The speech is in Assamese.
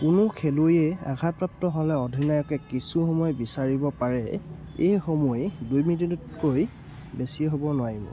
কোনো খেলুৱৈয়ে আঘাতপ্ৰাপ্ত হ'লে অধিনায়কে কিছু সময় বিচাৰিব পাৰে এই সময় দুই মিনিটতকৈ বেছি হ'ব নোৱাৰিব